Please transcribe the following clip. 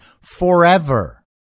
forever